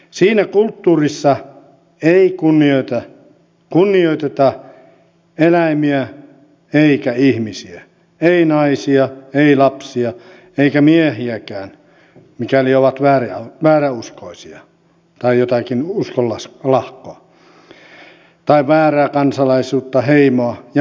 siinä kulttuurissa ei kunnioiteta eläimiä eikä ihmisiä ei naisia ei lapsia eikä miehiäkään mikäli ovat vääräuskoisia tai jotakin uskonlahkoa tai väärää kansalaisuutta heimoa ja niin edespäin